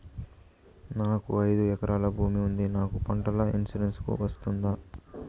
నాకు ఐదు ఎకరాల భూమి ఉంది నాకు పంటల ఇన్సూరెన్సుకు వస్తుందా?